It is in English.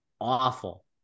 awful